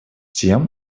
тем